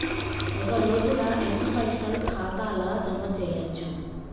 ఒక రోజుల ఎన్ని పైసల్ ఖాతా ల జమ చేయచ్చు?